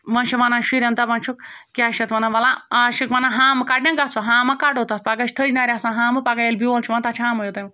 وۄنۍ چھِ وَنان شُرٮ۪ن دَپان چھِکھ کیٛاہ چھِ اَتھ وَنان وَلہ آز چھِکھ وَنان ہامہٕ کَڑنہِ گژھو ہامہٕ ہہ کَڑو تَتھ پَگاہ چھِ تھٔجنارِ آسان ہامہٕ پَگاہ ییٚلہِ بیول چھِ یِوان تَتھ چھِ ہامَے یوت یِوان